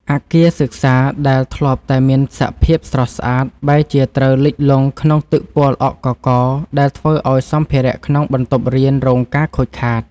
អគារសិក្សាដែលធ្លាប់តែមានសភាពស្រស់ស្អាត បែរជាត្រូវលិចលង់ក្នុងទឹកពណ៌ល្អក់កករ ដែលធ្វើឱ្យសម្ភារក្នុងបន្ទប់រៀនរងការខូចខាត។